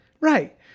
Right